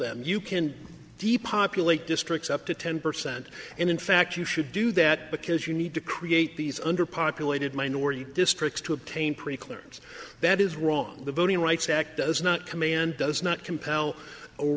them you can depopulate districts up to ten percent and in fact you should do that because you need to create these under populated minority districts to obtain pre clearance that is wrong the voting rights act does not command does not compel or